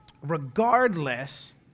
regardless